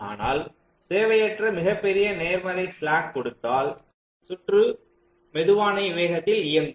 ஆனால் தேவையற்ற மிகப் பெரிய நேர்மறை ஸ்லாக் கொடுத்தால் சுற்று மெதுவான வேகத்தில் இயங்கும்